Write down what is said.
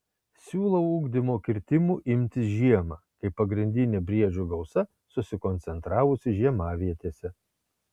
siūlau ugdymo kirtimų imtis žiemą kai pagrindinė briedžių gausa susikoncentravusi žiemavietėse